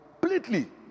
completely